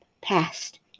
past